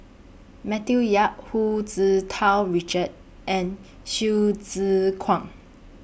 Matthew Yap Hu Tsu Tau Richard and Hsu Tse Kwang